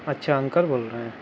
اچھا اننکل بول رہے ہیں